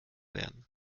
werden